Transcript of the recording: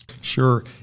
Sure